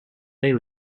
they